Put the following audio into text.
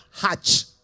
hatch